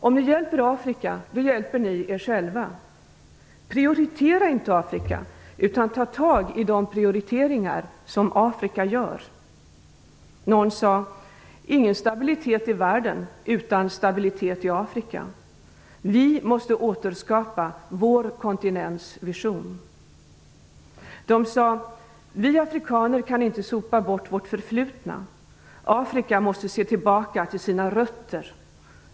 Om ni hjälper Afrika hjälper ni er själva. Prioritera inte Afrika utan ta tag i de prioriteringar som Afrika gör." Någon sade: "Ingen stabilitet i världen utan stabilitet i Afrika. Vi måste återskapa vår kontinents vision." En minister från Elfenbenskusten sade: "Vi afrikaner kan inte sopa bort vårt förflutna. Afrika måste se tillbaka till sina rötter."